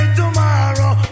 tomorrow